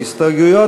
נתקבלו.